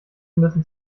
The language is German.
müssen